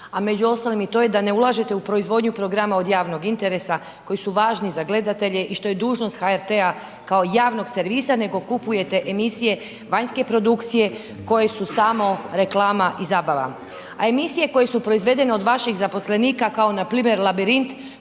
a među ostalim i to je da ne ulažete u proizvodnju programa od javnog interesa koji su važni za gledatelje i što je dužnost HRT-a kao javnog servisa nego kupujete emisije vanjske produkcije koje su samo reklama i zabava. A emisije koje su proizvedene od vaših zaposlenika kao npr. Labirint